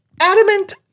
Adamant